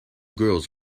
girls